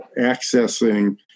accessing